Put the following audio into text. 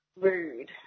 rude